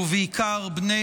ובעיקר בני